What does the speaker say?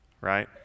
right